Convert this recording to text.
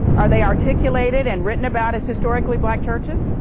are they articulated and written about as historically black churches?